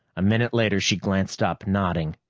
a minute later she glanced up, nodding.